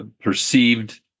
perceived